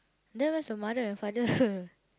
then where's the mother and father